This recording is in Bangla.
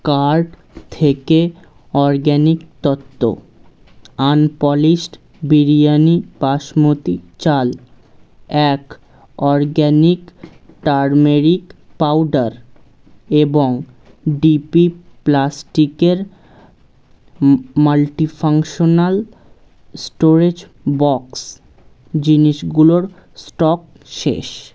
কার্ট থেকে অরগ্যাানিক তত্ত্ব আনপোলিশড বিরিয়ানি বাসমতি চাল এক অরগ্যানিক টারমেরিক পাউডার এবং ডিপি প্লাস্টিকের মাল্টিফাংশনাল স্টোরেজ বক্স জিনিসগুলোর স্টক শেষ